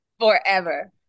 forever